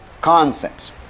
concepts